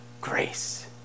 grace